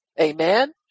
Amen